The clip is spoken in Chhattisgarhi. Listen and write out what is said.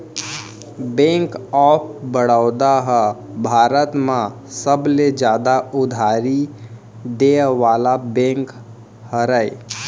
बेंक ऑफ बड़ौदा ह भारत म सबले जादा उधारी देय वाला बेंक हरय